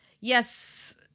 yes